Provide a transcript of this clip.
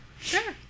Sure